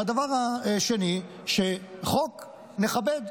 הדבר שני, שחוק, נכבד.